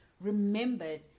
remembered